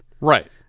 right